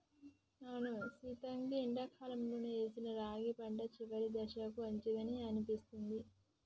అవును సీత గీ ఎండాకాలంలో ఏసిన రాగి పంట చివరి దశకు అచ్చిందని అనిపిస్తుంది